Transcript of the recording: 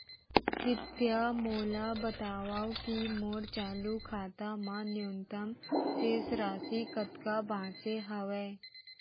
कृपया मोला बतावव की मोर चालू खाता मा न्यूनतम शेष राशि कतका बाचे हवे